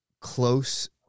close